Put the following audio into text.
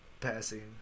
passing